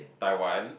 Taiwan